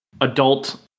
adult